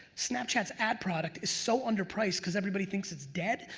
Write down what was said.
snapchat's ad product is so under priced cause everybody thinks it's dead?